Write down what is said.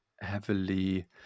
heavily